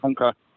Okay